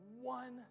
one